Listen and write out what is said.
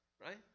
Right